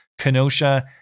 Kenosha